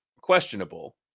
questionable